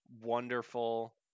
wonderful